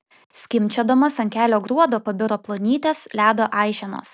skimbčiodamos ant kelio gruodo pabiro plonytės ledo aiženos